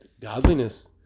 godliness